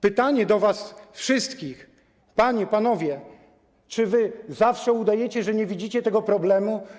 Pytanie do was wszystkich: Panie, panowie, czy wy zawsze udajecie, że nie widzicie problemu?